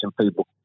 people